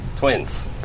Twins